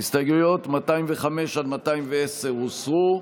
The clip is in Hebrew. הסתייגויות 205 עד 210 הוסרו.